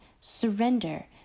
Surrender